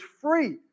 free